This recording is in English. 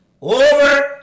over